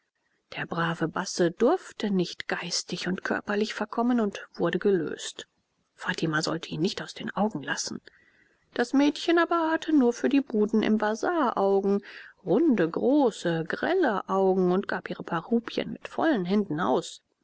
der brave basse durfte nicht geistig und körperlich verkommen und wurde gelöst fatima sollte ihn nicht aus den augen lassen das mädchen aber hatte nur für die buden im basar augen runde große grelle augen und gab ihre paar rupien mit vollen händen aus